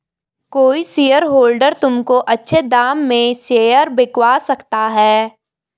कोई शेयरहोल्डर तुमको अच्छे दाम में शेयर बिकवा सकता है